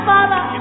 Father